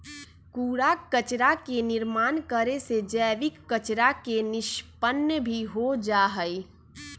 कूड़ा कचरा के निर्माण करे से जैविक कचरा के निष्पन्न भी हो जाहई